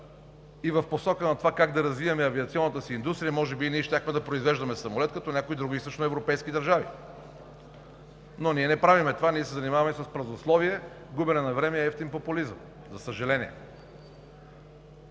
и в посока на това как да развиваме авиационната си индустрия, може би и ние щяхме да произвеждаме самолети като някои други източноевропейски държави, но ние не правим това, а се занимаваме с празнословие, губене на време и евтин популизъм, за съжаление.